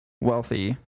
wealthy